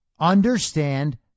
Understand